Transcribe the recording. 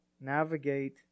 navigate